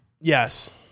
Yes